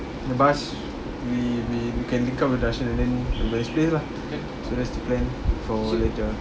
the bus we we can become a and then lah so that's the plan for later